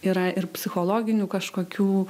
yra ir psichologinių kažkokių